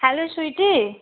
hello sweetie